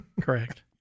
Correct